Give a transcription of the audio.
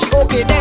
okay